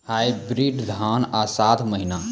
Hybrid धान आषाढ़ महीना?